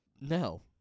No